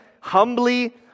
humbly